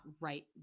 right